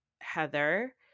Heather